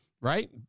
right